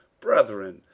Brethren